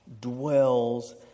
dwells